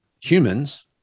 humans